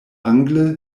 angle